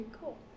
cool